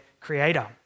creator